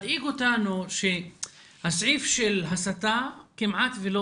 מדאיג אותנו שהסעיף של הסתה כמעט שלא